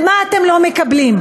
ומה אתם לא מקבלים?